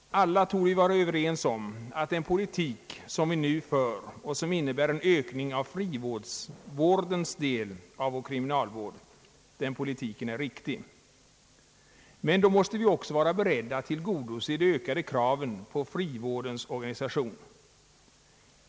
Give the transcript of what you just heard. Alla torde vi vara överens om att den politik som vi nu för och som innebär en ökning av frivårdens del av vår kriminalvård är riktig. Men då måste vi också vara beredda att tillgodose de ökade kraven på frivårdens organisation.